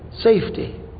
safety